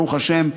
ברוך השם,